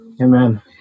Amen